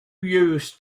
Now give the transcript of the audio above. used